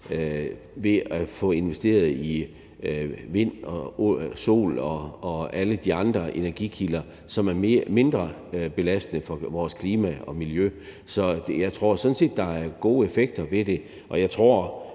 ved at få investeret i vind, sol og alle de andre energikilder, som er mindre belastende for vores klima og miljø. Så jeg tror sådan set, at der er gode effekter af det.